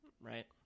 right